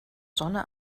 sonne